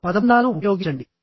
పదబంధాలను ఉపయోగించండి